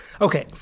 Okay